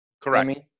Correct